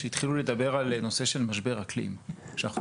שהתחילו לדבר על נושא של משבר אקלים שאנחנו